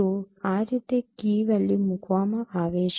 તો આ રીતે કી વેલ્યુ મૂકવામાં આવે છે